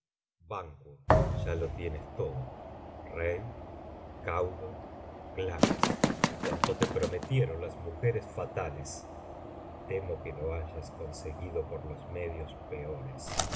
ban ya lo tienes todo rey caudor glamis cuanto te prometieron las mujeres fatales y temo que lo hayas conseguido por los medios peores